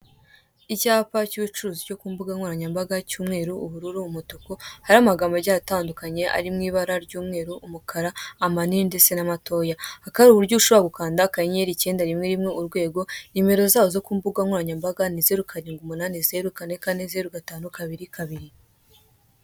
Icyapa cy'ubucuruzi cyo ku mbugankoranyambaga cy'umweru, ubururu, umutuku. Hariho amagambo agiye atandukanye, ari mu ibara ry'umweru, umukara, amanini ndetse n'amatoya. Hakaba hari uburyo ushobora gukanda akanyenyeri, icyenda, rimwe rimwe, urwego. Nimero zabo zo ku mbuga nkoranyambaga ni zeru karindwi umunani, zero kane kane, zero gatanu, kabiri kabiri.